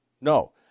No